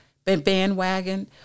bandwagon